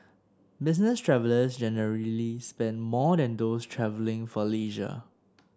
business travellers generally spend more than those travelling for leisure